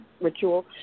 ritual